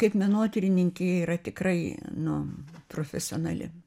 kaip menotyrininkė yra tikrai nu profesionali